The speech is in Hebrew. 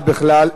אין הסתייגות.